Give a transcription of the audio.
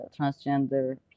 transgender